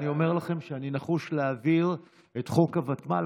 אני אומר לכם שאני נחוש להעביר את חוק הוותמ"ל,